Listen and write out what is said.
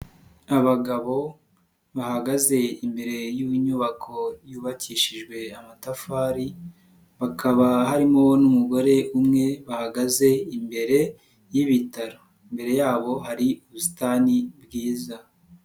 Abagabo bahagaze imbere y'inyubako yubakishijwe amatafari bakaba harimo n'umugore umwe bahagaze imbere y'ibitaro, imbere yabo hari ubusitani bwiza.